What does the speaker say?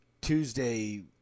Tuesday